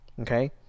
okay